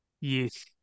Yes